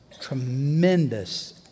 tremendous